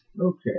Okay